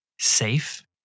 safe